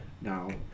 now